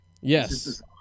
Yes